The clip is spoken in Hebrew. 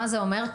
כל